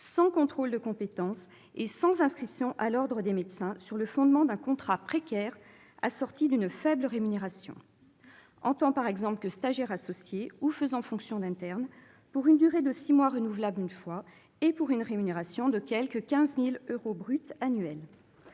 sans contrôle de compétences et sans inscription à l'ordre des médecins, sur le fondement d'un contrat précaire assorti d'une faible rémunération, en tant, par exemple, que stagiaires associés ou faisant fonction d'interne, pour une durée de six mois renouvelables une fois, et pour une rémunération annuelle de quelque 15 000 euros brut. Un